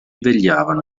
vegliavano